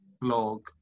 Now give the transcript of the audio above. blog